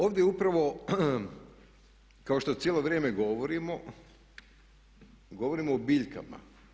Ovdje upravo, kao što cijelo vrijeme govorimo, govorimo o biljkama.